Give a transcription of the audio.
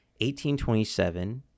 1827